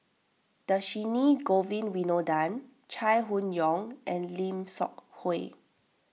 Dhershini Govin Winodan Chai Hon Yoong and Lim Seok Hui